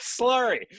slurry